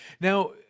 Now